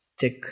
check